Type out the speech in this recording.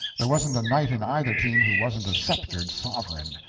there wasn't a knight in either team who wasn't a sceptered sovereign.